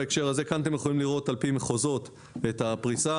כאן אתם יכולים לראות על פי מחוזות את הפריסה.